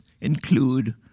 include